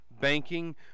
banking